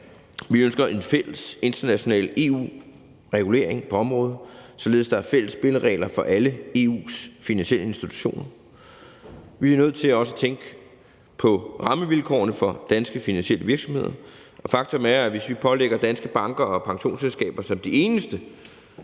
vi ønsker en fælles international EU-regulering på området, således at der er fælles spilleregler for alle EU's finansielle institutioner. Vi er nødt til også at tænke på rammevilkårene for danske finansielle virksomheder, og faktum er, at hvis vi pålægger danske banker og pensionsselskaber som de eneste